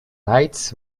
lights